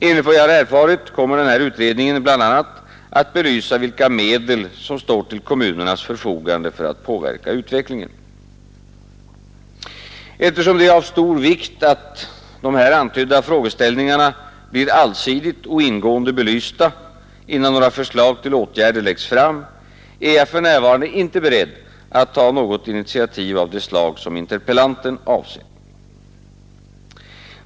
Enligt vad jag erfarit kommer denna utredning bl.a. att belysa vilka medel som står till kommunernas förfogande för att påverka utvecklingen. Eftersom det är av stor vikt att här antydda frågeställningar blir allsidigt och ingående belysta, innan förslag till åtgärder läggs fram, är jag för närvarande inte beredd att ta något initiativ av det slag som interpellanten avser.